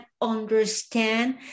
understand